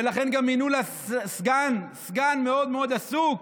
ולכן גם מינו לה סגן מאוד מאוד עסוק,